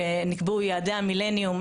כשנקבעו יעדי המילניום,